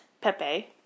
Pepe